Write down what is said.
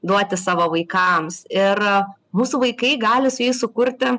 duoti savo vaikams ir mūsų vaikai gali su jais sukurti